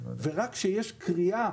ורק כשיש קריאה,